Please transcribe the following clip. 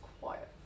quiet